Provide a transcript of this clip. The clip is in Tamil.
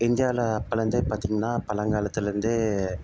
இந்தியாவில் அப்பலேருந்தே பார்த்திங்கன்னா பழங்காலத்துலேர்ந்தே